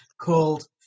called